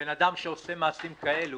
בן אדם שעושה מעשים כאלה